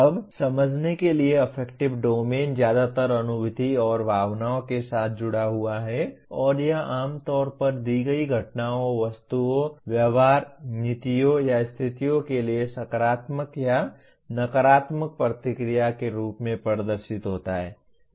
अब समझने के लिए अफेक्टिव डोमेन ज्यादातर अनुभूति और भावनाओं के साथ जुड़ा हुआ है और यह आमतौर पर दी गई घटनाओं वस्तुओं व्यवहार नीतियों या स्थितियों के लिए सकारात्मक या नकारात्मक प्रतिक्रिया के रूप में प्रदर्शित होता है